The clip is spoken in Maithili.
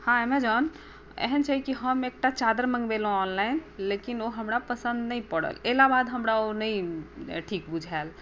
हँ एमेजॉन एहन छै कि हम एकटा चादरि मँगबेलहुँ हँ ऑनलाइन लेकिन ओ हमरा पसन्द नहि पड़ल एला बाद हमरा ओ नहि ठीक बुझायल